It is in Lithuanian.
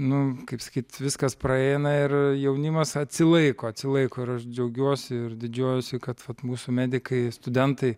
nu kaip sakyt viskas praeina ir jaunimas atsilaiko atsilaiko ir aš džiaugiuosi ir didžiuojuosi kad vat mūsų medikai studentai